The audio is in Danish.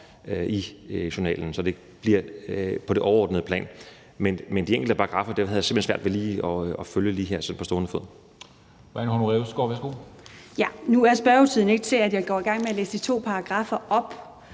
i journalen. Så det bliver på det overordnede plan. Men de enkelte paragraffer havde jeg simpelt hen svært ved lige at følge her sådan på stående fod.